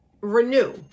renew